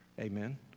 Amen